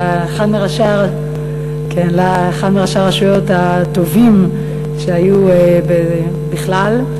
אתה אחד מראשי הרשויות הטובים שהיו בכלל,